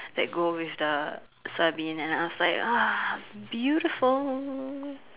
that go with the serving and I was like !ah! beautiful